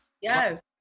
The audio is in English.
yes